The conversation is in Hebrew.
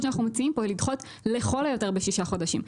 שאנחנו מציעים פה היא לדחות לכל היותר בשישה חודשים.